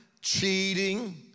cheating